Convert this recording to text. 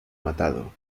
matado